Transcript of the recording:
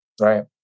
right